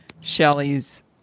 Shelley's